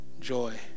joy